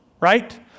right